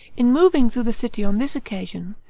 in moving through the city on this occasion,